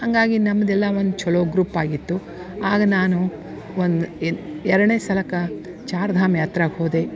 ಹಂಗಾಗಿ ನಮ್ಮದೆಲ್ಲ ಒಂದು ಚಲೋ ಗ್ರೂಪ್ ಆಗಿತ್ತು ಆಗ ನಾನು ಒಂದು ಇದು ಎರಡನೇ ಸಲಕ್ಕೆ ಚಾರ್ಧಾಮ ಯಾತ್ರಕ್ಕೆ ಹೋದೆ